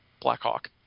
Blackhawk